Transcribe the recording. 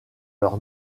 leur